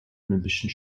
olympischen